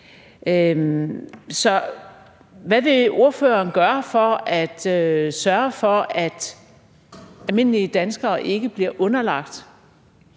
hvad vil ordføreren gøre for at sørge for, at almindelige danskere ikke bliver underlagt